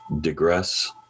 digress